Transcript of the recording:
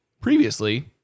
previously